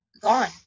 Gone